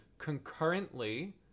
concurrently